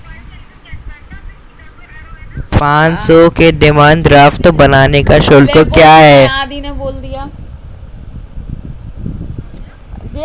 पाँच सौ के डिमांड ड्राफ्ट बनाने का शुल्क क्या है?